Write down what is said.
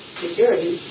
Security